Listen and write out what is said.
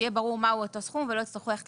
שיהיה ברור מהו אותו סכום ולא יצטרכו ללכת